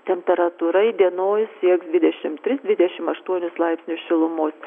temperatūra įdienojus sieks dvidešim tris dvidešim aštuonis laipsnius šilumos